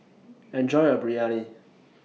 Enjoy your Biryani